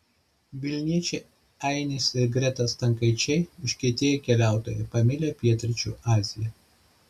vilniečiai ainis ir greta stankaičiai užkietėję keliautojai pamilę pietryčių aziją